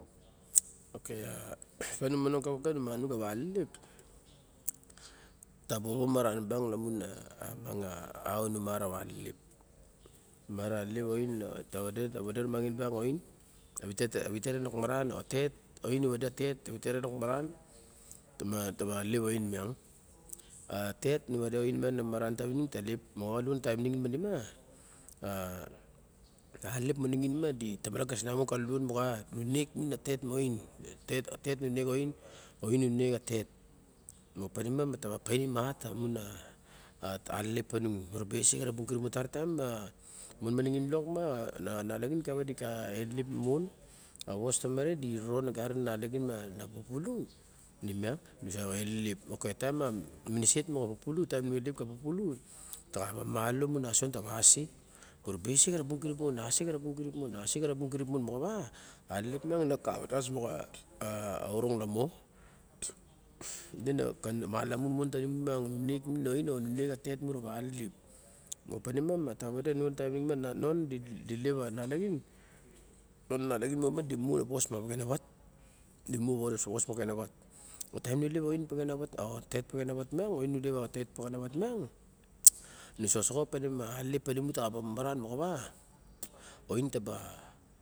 okay a miang nu monong kanaga nu manung kawa alelep. Ta bobo maran bang lamun a- a bow nu marawa alelep. Nu mara wa lep a ain tawade rumangin bang mara a ain, a vite, a vite ren lok maran o a tet aun na vade a tet a vite ren lok maran ta ba, ta ba lep a ain miang. A tet nu vade a ain miang lok maran tavinung ta lep moxawaine a lien a lion a taim nixin manima a, alelep monixin ma di tomara gas na mon ka luluaon moxa nu nok minin a tet ma ain. Tet, a tet nu nek a ain, a ain nu nek a tet. Mopa nima ta ba painim hat lamun a alelep panimu, muraba ese kara bung kirip mon. Tara taim a mon manixin balak ma a nalaxin kava di ka elelep mon. A vos tomare di ron o garin a nalaxin ma pupulu, ne miang di sa elelep. Okay taim a miniset moxa pupulu taim nu ilep ka pupulu ta onaba malola ra mimunasion ta wa ase. Mura ba ese karabung kirip mon, ase kara bung kirip mon, moxauwa alelep miang. Nu nek minin a ai a nu nek minin a tet i mu rawa alelep. Mopa nima ma ta ba vade non tain ma na non di lop a nalaxin. Non a nalaxin mon ma di mu a wos moxa vexena wat di mu a wos pexenawat. Mo taim nu ilep a ain pexenawat a tet pexenawat miang nusosoxo pa mina, a alelep panimu ta xa ba maran maxawa ain ta ba.